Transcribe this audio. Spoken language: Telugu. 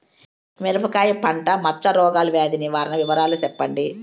మిరపకాయ పంట మచ్చ రోగాల వ్యాధి నివారణ వివరాలు చెప్పండి?